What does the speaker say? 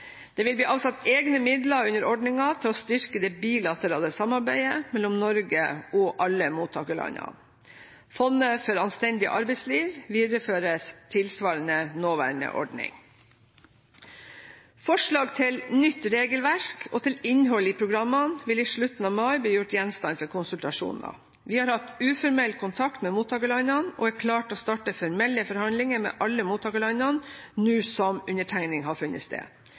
Det vil bli satt av egne midler under ordningen til å styrke det bilaterale samarbeidet mellom Norge og alle mottakerlandene. Fondet for anstendig arbeidsliv videreføres tilsvarende nåværende ordning. Forslag til nytt regelverk og til innhold i programmene vil i slutten av mai bli gjort gjenstand for konsultasjoner. Vi har hatt uformell kontakt med mottakerlandene og er klare til å starte formelle forhandlinger med alle mottakerlandene nå som undertegning har funnet sted.